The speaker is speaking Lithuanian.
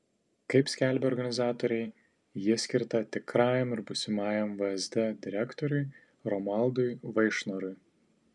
kaip skelbia organizatoriai ji skirta tikrajam ir būsimajam vsd direktoriui romualdui vaišnorui